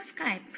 Skype